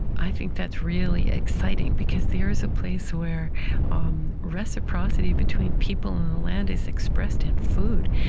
i think that's really exciting because there is a place where um reciprocity between people and the land is expressed in food,